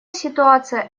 ситуация